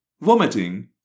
vomiting